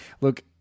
Look